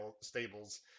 Stables